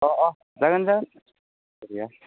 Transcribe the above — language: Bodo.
औ औ जागोन जागोन बरिया